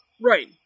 Right